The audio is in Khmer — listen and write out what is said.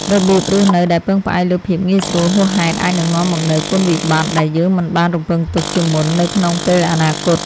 របៀបរស់នៅដែលពឹងផ្អែកលើភាពងាយស្រួលហួសហេតុអាចនឹងនាំមកនូវគុណវិបត្តិដែលយើងមិនបានរំពឺងទុកជាមុននៅក្នុងពេលអនាគត។